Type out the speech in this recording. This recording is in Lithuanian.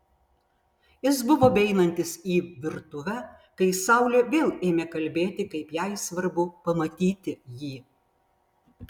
jis buvo beeinantis į virtuvę kai saulė vėl ėmė kalbėti kaip jai svarbu pamatyti jį